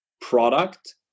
product